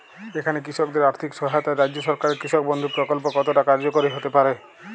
এখানে কৃষকদের আর্থিক সহায়তায় রাজ্য সরকারের কৃষক বন্ধু প্রক্ল্প কতটা কার্যকরী হতে পারে?